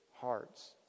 hearts